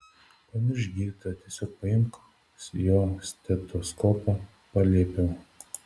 pamiršk gydytoją tiesiog paimk jo stetoskopą paliepiau